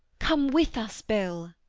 come with us, bill.